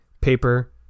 paper